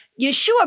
Yeshua